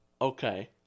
okay